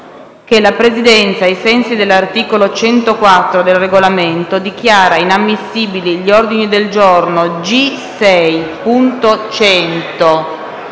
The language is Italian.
che la Presidenza, ai sensi dell'articolo 104 del Regolamento, dichiara inammissibili gli ordini del giorno G6.100,